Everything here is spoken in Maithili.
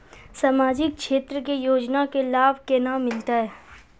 समाजिक क्षेत्र के योजना के लाभ केना मिलतै?